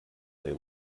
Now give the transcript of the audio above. they